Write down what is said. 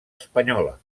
espanyola